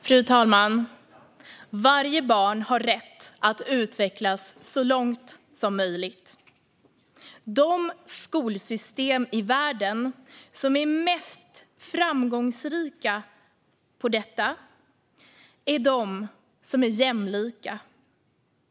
Fru talman! Varje barn har rätt att utvecklas så långt som möjligt. De skolsystem i världen som är mest framgångsrika på detta är de som är jämlika.